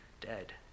dead